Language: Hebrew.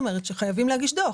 חייבים להגיש דוח.